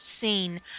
seen